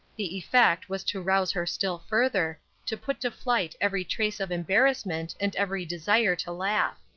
the effect was to rouse her still further, to put to flight every trace of embarrassment and every desire to laugh.